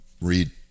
read